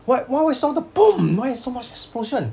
what why we saw the boom why so much explosion